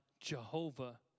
Jehovah